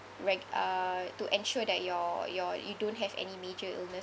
reg~ uh to ensure that your your you don't have any major illnesses